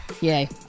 Yay